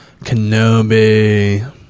Kenobi